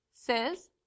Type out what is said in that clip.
says